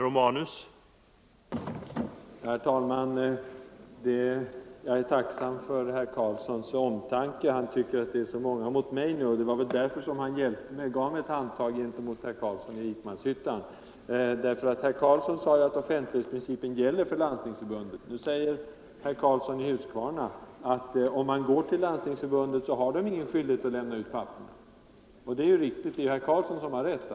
Herr talman! Jag är tacksam för herr Karlssons i Huskvarna omtanke; han tycker att det är så många mot mig nu i debatten. Det var väl därför han gav mig ett handtag mot herr Carlsson i Vikmanshyttan. Herr Carlsson i Vikmanshyttan sade att offentlighetsprincipen gäller för Nr 120 Landstingsförbundet. Nu säger herr Karlsson i Huskvarna att Lands Onsdagen den tingsförbundet inte har någon skyldighet att lämna ut papperen. Det 13 november 1974 är riktigt.